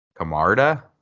Camarda